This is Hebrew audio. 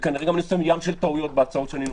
וכנראה יש ים של טעויות בהצעות שאני נותן.